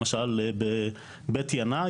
למשל בבית ינאי,